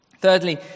Thirdly